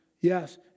Yes